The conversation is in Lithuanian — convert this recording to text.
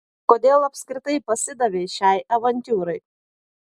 kodėl apskritai pasidavei šiai avantiūrai